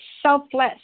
selfless